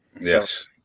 Yes